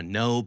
no